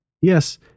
Yes